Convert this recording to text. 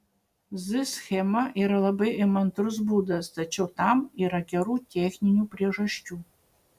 z schema yra labai įmantrus būdas tačiau tam yra gerų techninių priežasčių